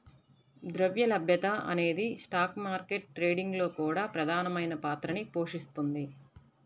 ద్రవ్య లభ్యత అనేది స్టాక్ మార్కెట్ ట్రేడింగ్ లో కూడా ప్రధానమైన పాత్రని పోషిస్తుంది